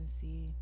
see